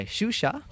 Shusha